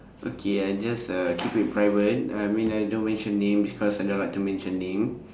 okay I just uh keep it private I mean I don't mention name because I don't like to mention name